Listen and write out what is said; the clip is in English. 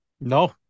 No